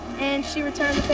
and she returned